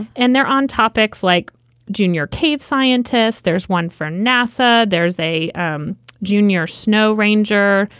and they're on topics like junior cave scientists. there's one for nasa. there's a um junior snow ranger,